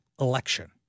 election